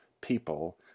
people